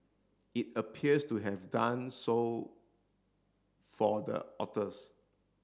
it appears to have done so for the authors